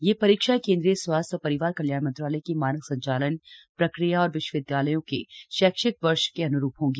ये परीक्षाएं केंद्रीय स्वास्थ्य और परिवार कल्याण मंत्रालय की मानक संचालन प्रक्रिया और विश्वंविद्यालयों के शैक्षिक वर्ष के अन्रूप होंगी